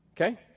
Okay